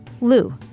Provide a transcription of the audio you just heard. Lou